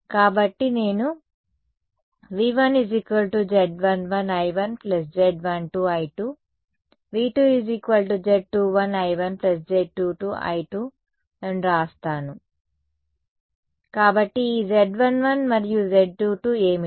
కాబట్టి నేను వ్రాస్తాను V1 Z11 I1 Z12 I2 V2 Z21I 1 Z22 I2 కాబట్టి ఈ Z11 మరియు Z22 ఏమిటి